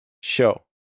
show